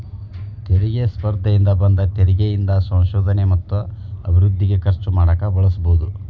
ತೆರಿಗೆ ಸ್ಪರ್ಧೆಯಿಂದ ಬಂದ ತೆರಿಗಿ ಇಂದ ಸಂಶೋಧನೆ ಮತ್ತ ಅಭಿವೃದ್ಧಿಗೆ ಖರ್ಚು ಮಾಡಕ ಬಳಸಬೋದ್